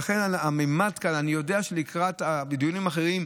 ולכן הממד כאן, אני יודע שבדיונים אחרים,